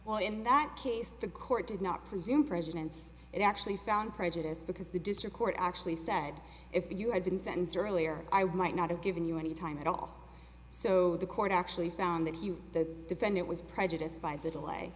well in that case the court did not presume presidents and actually sound prejudiced because the district court actually said if you i didn't censor earlier i right not have given you any time at all so the court actually found that you the defendant was prejudice